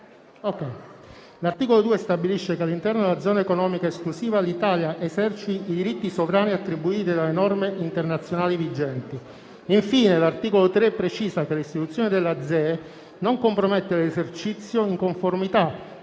L'articolo 2 stabilisce che all'interno della zona economica esclusiva l'Italia eserciti i diritti sovrani attribuiti dalle norme internazionali vigenti. Infine, l'articolo 3 precisa che l'istituzione della ZEE non compromette l'esercizio, in conformità